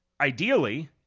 ideally